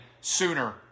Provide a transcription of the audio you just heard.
sooner